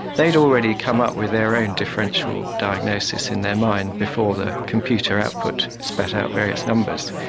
they had already come up with their own differential diagnosis in their mind before the computer output spat out various numbers.